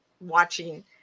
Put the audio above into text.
watching